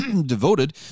devoted